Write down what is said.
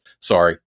Sorry